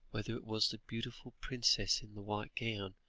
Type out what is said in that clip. whether it was the beautiful princess in the white gown,